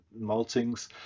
maltings